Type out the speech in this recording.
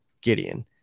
Gideon